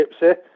Gypsy